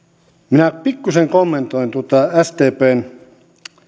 minä pikkusen kommentoin tuota sdpn